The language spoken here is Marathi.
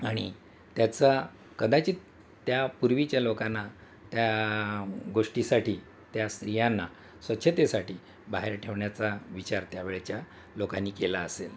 आणि त्याचा कदाचित त्या पूर्वीच्या लोकांना त्या गोष्टीसाठी त्या स्त्रियांना स्वच्छतेसाठी बाहेर ठेवण्याचा विचार त्यावेळेच्या लोकांनी केला असेल